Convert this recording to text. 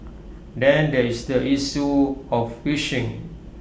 then there is the issue of fishing